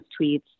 tweets